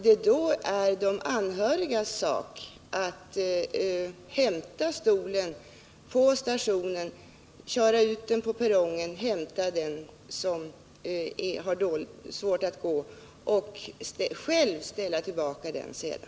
Då skall det vara de anhörigas sak att hämta rullstolen på stationen, köra ut på perrongen och hämta den som har svårt att gå och sedan själva ställa tillbaka rullstolen.